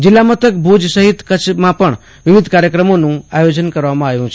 જિલ્લામથક ભુજ સહીત કચ્છભરમાં પણ વિવિધ કાર્યક્રમોનું આથોજન કરવામાં આવ્યું છે